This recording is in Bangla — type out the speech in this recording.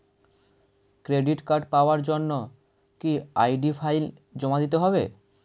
ক্রেডিট কার্ড পাওয়ার জন্য কি আই.ডি ফাইল জমা দিতে হবে?